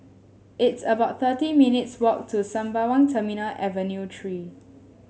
it's about thirty minutes' walk to Sembawang Terminal Avenue Three